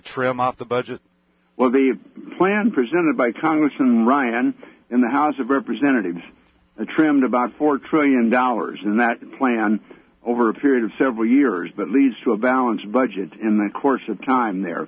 trim off the budget well the plan presented by congressman ryan in the house of representatives trimmed about four trillion dollars in that plan over a period of several years that leads to a balanced budget in the course of time